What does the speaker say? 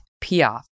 Piaf